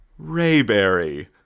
Rayberry